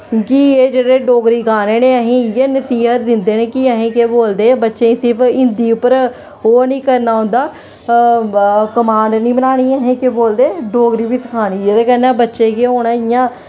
क्योंकि एह् जेह्ड़े डोगरी गाने न एह् असें इयै नसीहत दिंदे न कि असें केह् बोलदे बच्चें गी सिर्फ हिन्दी उप्पर ओह् नी करना होंदा कमांड नी बनानी असें केह् बोलदे डोगरी बी सखानी जेह्दे कन्नै बच्चे केह् होन इ'यां